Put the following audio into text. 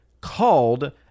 called